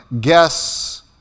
guess